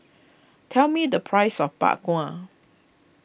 tell me the price of Bak Kwa